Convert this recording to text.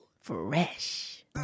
Fresh